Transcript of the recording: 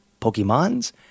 Pokemons